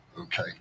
Okay